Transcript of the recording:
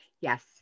Yes